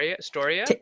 Storia